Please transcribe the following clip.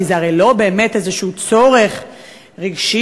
כי זה הרי לא באמת איזשהו צורך רגשי,